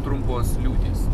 trumpos liūtys